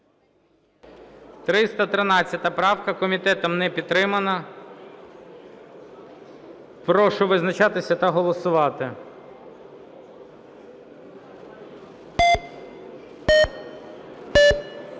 319 правку. Комітетом не підтримана. Прошу визначатися та голосувати.